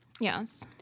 yes